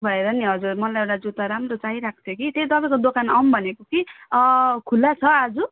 भएर नि हजुर मलाई एउटा जुत्ता राम्रो चाहिरहेको थियो कि त्यही तपाईँको दोकान आउँ भनेको कि खुला छ आज